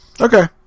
Okay